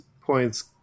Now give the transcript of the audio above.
points